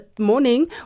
morning